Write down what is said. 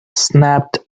snapped